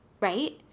right